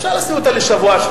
אפשר להסתיר אותה שבוע-שבועיים,